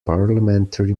parliamentary